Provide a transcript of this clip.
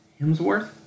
Hemsworth